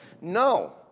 No